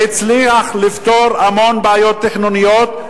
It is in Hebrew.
והצליח לפתור המון בעיות תכנוניות,